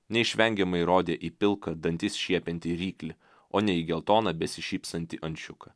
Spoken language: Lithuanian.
neišvengiamai rodė į pilką dantis šiepiantį ryklį o ne į geltoną besišypsantį ančiuką